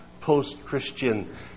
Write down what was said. post-Christian